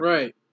Right